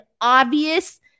obvious